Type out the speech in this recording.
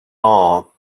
are